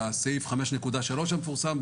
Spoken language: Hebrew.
סעיף 5.3 המפורסם,